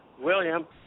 William